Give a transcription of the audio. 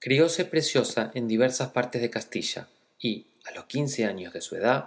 crióse preciosa en diversas partes de castilla y a los quince años de su edad